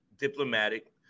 diplomatic